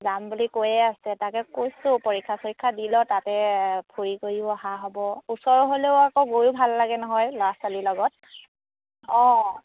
যাম বুলি কৈয়ে আছে তাকে কৈছোঁ পৰীক্ষা চৰীক্ষা দি ল তাতে ফুৰি কৰিও অহা হ'ব ওচৰ হ'লেও আকৌ গৈয়ো ভাল লাগে নহয় ল'ৰা ছোৱালীৰ লগত অঁ